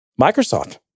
Microsoft